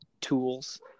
tools